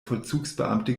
vollzugsbeamte